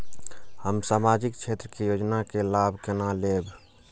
हम सामाजिक क्षेत्र के योजना के लाभ केना लेब?